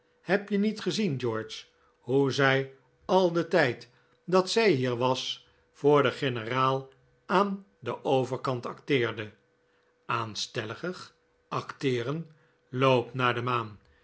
heb je niet gezien george hoe zij al den tijd dat zij hier was voor den generaal aan den overkant acteerde aanstellerig acteeren loop naar de maan